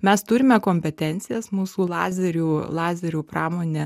mes turime kompetencijas mūsų lazerių lazerių pramonė